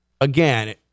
again